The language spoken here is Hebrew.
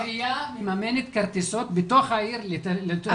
העירייה מממנת כרטיסיות בתוך העיר לתלמידים היהודיים.